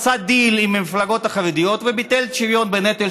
עשה דיל עם המפלגות החרדיות וביטל את השוויון בנטל,